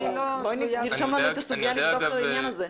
נרשום לנו את הסוגיה לבדוק את העניין הזה.